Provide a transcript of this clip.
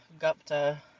Gupta